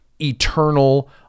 eternal